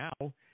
now